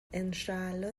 انشاالله